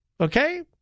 Okay